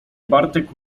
bartek